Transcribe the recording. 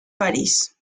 parís